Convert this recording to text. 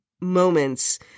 moments